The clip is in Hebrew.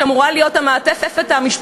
מה אתם עשיתם?